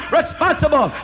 responsible